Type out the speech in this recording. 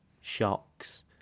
shocks